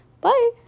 Bye